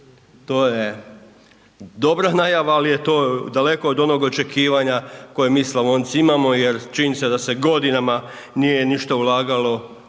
To je dobra najava, ali je to daleko od onog očekivanja koje mi Slavonci imamo jer čini se da se godinama nije ništa ulagalo